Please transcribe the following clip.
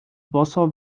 boso